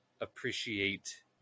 appreciate